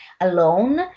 alone